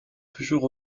toujours